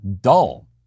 dull